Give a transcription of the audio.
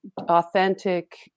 authentic